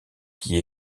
qui